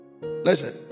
Listen